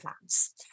plans